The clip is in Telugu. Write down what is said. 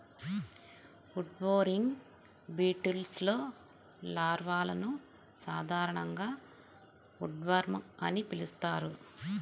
ఉడ్బోరింగ్ బీటిల్స్లో లార్వాలను సాధారణంగా ఉడ్వార్మ్ అని పిలుస్తారు